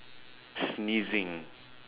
sneezing